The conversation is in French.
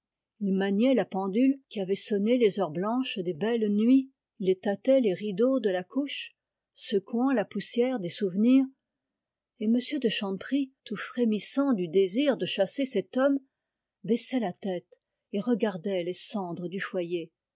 maniait la pendule qui avait sonné les heures blanches des belles nuits il tâtait les rideaux de la couche secouant la poussière des souvenirs et m de chanteprie tout frémissant du désir de chasser cet homme baissait la tête et regardait les cendres du foyer